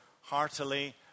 heartily